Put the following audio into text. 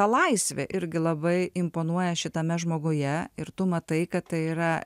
ta laisvė irgi labai imponuoja šitame žmoguje ir tu matai kad tai yra